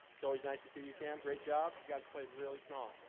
it's always nice to see you cam. great job, you guys played really strong.